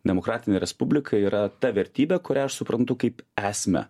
demokratinė respublika yra ta vertybė kurią aš suprantu kaip esmę